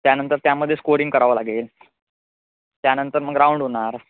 त्यानंतर त्यामदे स्कोरिंग करावं लागेल त्यानंतर मग राऊंड होणार